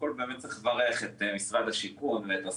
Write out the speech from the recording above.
קודם כול, צריך לברך את משרד השיכון ואת השר.